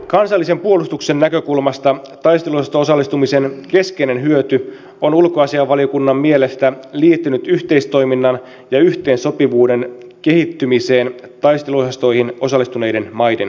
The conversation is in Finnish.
kansallisen puolustuksen näkökulmasta taisteluosasto osallistumisen keskeinen hyöty on ulkoasiainvaliokunnan mielestä liittynyt yhteistoiminnan ja yhteensopivuuden kehittymiseen taisteluosastoihin osallistuneiden maiden kanssa